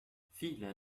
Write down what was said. viele